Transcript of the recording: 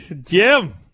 Jim